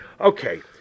Okay